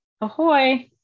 Ahoy